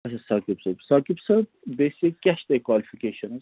اچھا ساقِب صٲب ساقِب صٲب بیسِک کیٛاہ چھِ تۄہہِ کالِفِکیشَن حظ